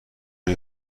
این